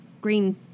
green